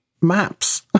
Maps